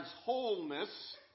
wholeness